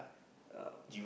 um